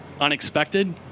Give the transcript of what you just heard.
unexpected